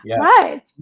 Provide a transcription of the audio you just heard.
Right